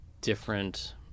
different